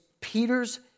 Peter's